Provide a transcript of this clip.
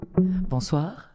Bonsoir